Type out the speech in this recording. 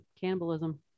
cannibalism